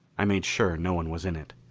i made sure no one was in it.